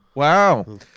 Wow